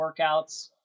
workouts